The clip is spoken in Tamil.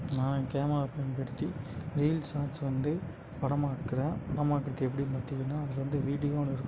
நான் கேமரா பயன்படுத்தி ரீல்ஸ் ஷார்ட்ஸ் வந்து படம் ஆக்குகிறேன் படம் ஆக்குறது எப்படின்னு பார்த்தீங்கன்னா அது வந்து வீடியோன்னு இருக்